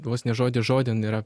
vos ne žodis žodin yra